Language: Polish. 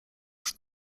już